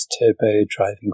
turbo-driving